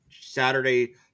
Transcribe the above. Saturday